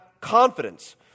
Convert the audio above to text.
confidence